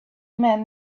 man